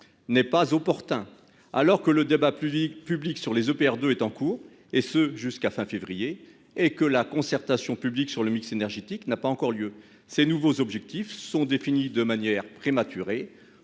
n'est pas opportun, alors que le débat public sur les EPR 2 est en cours, et ce jusqu'à fin février, et que la concertation publique sur le mix énergétique n'a pas encore eu lieu. Ces nouveaux objectifs sont définis de manière prématurée.